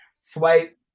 swipe